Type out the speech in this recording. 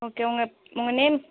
okay உங்கள் உங்கள் name